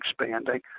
expanding